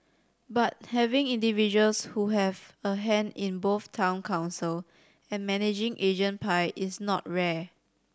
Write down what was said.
but having individuals who have a hand in both Town Council and managing agent pie is not rare